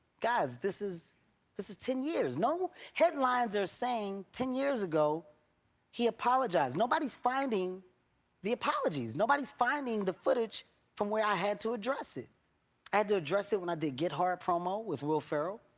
guys, this is this is ten years. no headlines are saying, ten years ago he apologized. nobody is finding the apologies, nobody is finding the footage from where i had to address it. i had to address it when i did get hard promo with will ferrell,